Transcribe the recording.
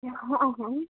હં હં